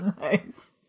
Nice